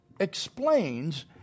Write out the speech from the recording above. explains